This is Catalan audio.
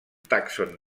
tàxon